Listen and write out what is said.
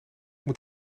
moet